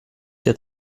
der